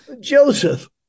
Joseph